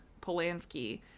Polanski